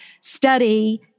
study